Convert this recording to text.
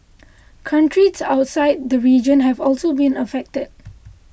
countries outside the region have also been affected